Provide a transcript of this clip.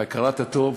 והכרת הטוב,